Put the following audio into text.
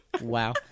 wow